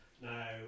Now